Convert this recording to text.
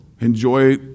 enjoy